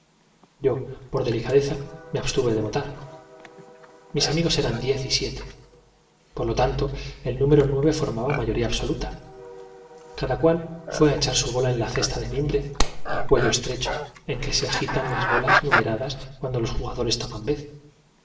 yo por delicadeza me abstuve de votar es un charlatán me dijo en voz mis amigos eran diez y siete por lo tanto el número nueve formaba baja el exministro dándome un codazo mayoría absoluta cada cual fué a echar su bola en la cesta de mimbre dónde está la dificultad preguntó y cuello estrecho en que se agitan las bolas numeradas cuando los ju